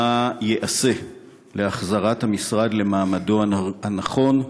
1. מה ייעשה להחזרת המשרד למעמדו הנכון?